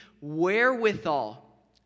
Wherewithal